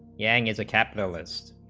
gang is a capitalist